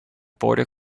border